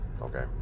Okay